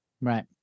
Right